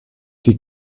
die